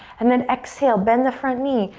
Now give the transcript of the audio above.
and then exhale, bend the front knee.